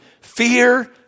fear